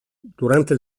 durante